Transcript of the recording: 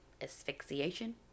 asphyxiation